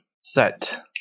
set